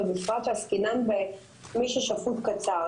ובפרט שעסקינן במי ששפוט קצר.